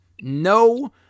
No